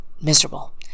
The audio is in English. miserable